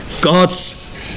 God's